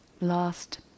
last